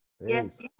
Yes